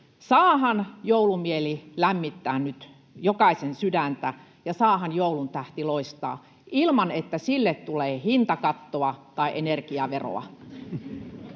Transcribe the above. saahan joulumieli lämmittää nyt jokaisen sydäntä, ja saahan joulun tähti loistaa ilman, että sille tulee hintakattoa tai energiaveroa?